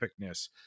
epicness